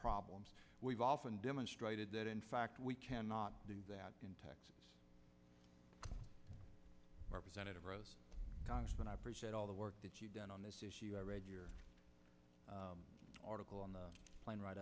problems we've often demonstrated that in fact we cannot do that in texas representative rose and i appreciate all the work that you've done on this issue i read your article on the plan right